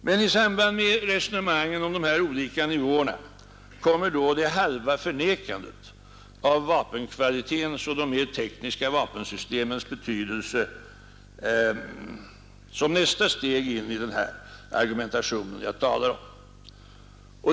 Men i samband med resonemangen om de olika nivåerna kommer det halva förnekandet av vapenkvaliténs och de mer tekniska vapensystemens betydelse som nästa steg in i den argumentation jag talar om.